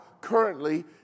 currently